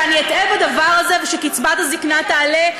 שאני אטעה בדבר הזה ושקצבת הזקנה תעלה.